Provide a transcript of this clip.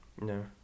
No